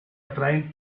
atraen